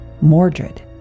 Mordred